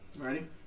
Ready